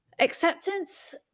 acceptance